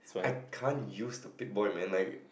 I can't use the pick boy man like